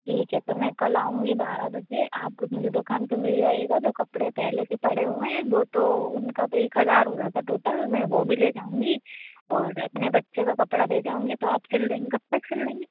ठीक है तो मैं कल आऊँगी बारह बजे आब मुझे डोकान पर मिल जाइएगा जो कपड़े पहले से पड़े हुए हैं वो तो उनका तो एक हज़ार हो रहा था टोटल मैं वो भी ले जाऊँगी और अपने बच्चे का कपड़ा दे जाऊँगी तो आप सिल देंग कब तक सिल देंगे